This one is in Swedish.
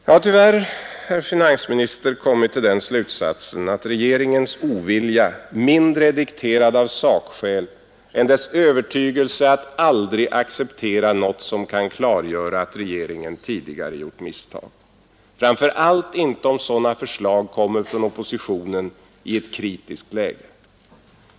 Jag har tyvärr, herr finansminister, kommit till den slutsatsen att regeringens ovilja mindre är dikterad av sakskäl än av dess övertygelse att aldrig acceptera något som kan klargöra att regeringen tidigare gjort misstag, framför allt inte om sådana förslag kommer från oppositionen i ett kritiskt läge.